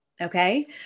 okay